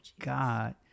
God